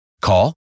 Call